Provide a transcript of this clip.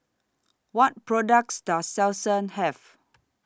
What products Does Selsun Have